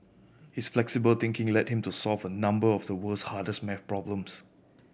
his flexible thinking led him to solve a number of the world's hardest math problems